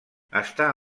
està